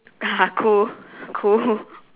cool cool